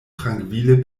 trankvile